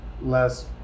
less